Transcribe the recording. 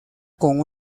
con